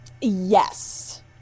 Yes